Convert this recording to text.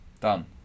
Done